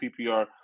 PPR